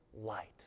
light